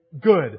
good